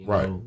Right